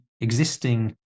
existing